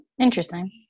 Interesting